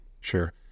Sure